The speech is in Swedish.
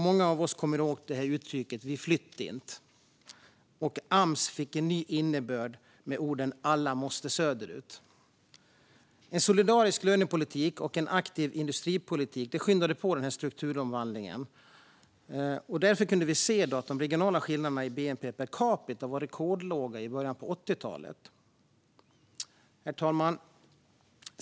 Många av oss kommer ihåg uttrycket "Vi flytt' int'", och Ams fick en ny innebörd med orden "Alla måste söderut". En solidarisk lönepolitik och en aktiv industripolitik skyndade på denna strukturomvandling. Därför kunde vi se att de regionala skillnaderna i bnp per capita var väldigt små i början av 1980-talet. Herr talman!